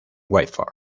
whitford